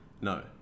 no